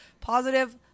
positive